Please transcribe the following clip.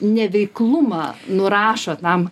neveiklumą nurašo tam